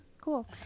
Cool